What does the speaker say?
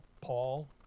Paul